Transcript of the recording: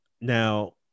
Now